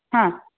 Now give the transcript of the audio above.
हां